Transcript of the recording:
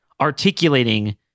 articulating